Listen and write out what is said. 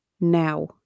now